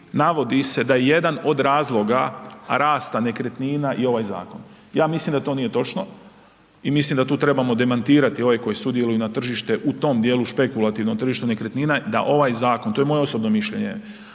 navodi se da je jedan od razloga rasta nekretnina i ovaj zakon. Ja mislim da to nije točno i mislim da tu trebamo demantirati ove koje sudjeluju na tržište u tom dijelu špekulativnom tržištu nekretnina, da ovaj zakon, to je moje osobno mišljenje,